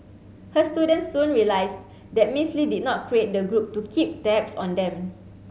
her students soon realized that Miss Lee did not create the group to keep tabs on them